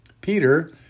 Peter